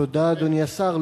אדוני השר,